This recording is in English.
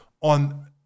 on